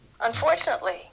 unfortunately